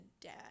dad